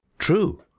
true.